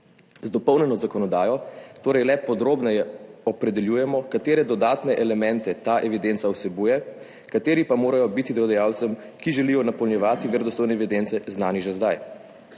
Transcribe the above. Z dopolnjeno zakonodajo torej le podrobneje opredeljujemo, katere dodatne elemente vsebuje ta evidenca, kateri pa morajo biti delodajalcem, ki želijo napolnjevati verodostojne evidence, znani že zdaj.